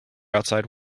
outside